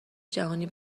جهانی